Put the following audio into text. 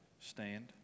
stand